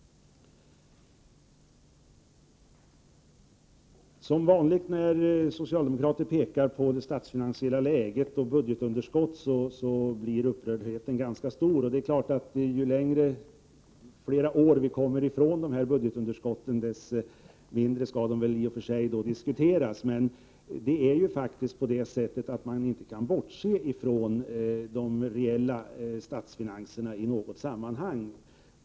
När socialdemokrater pekar på det statsfinansiella läget och budgetunderskott blir man ganska upprörd. Det är klart att ju fler år som går, desto mindre skall dessa underskott diskuteras. Men man kan faktiskt inte bortse från de reella statsfinanserna i något sammanhang.